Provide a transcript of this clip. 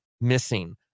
missing